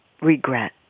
regret